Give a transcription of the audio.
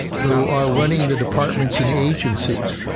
who are running the departments and agencies,